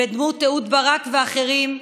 בדמות אהוד ברק ואחרים,